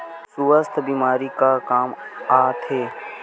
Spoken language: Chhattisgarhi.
सुवास्थ बीमा का काम आ थे?